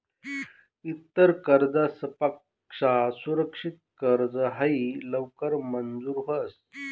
इतर कर्जसपक्सा सुरक्षित कर्ज हायी लवकर मंजूर व्हस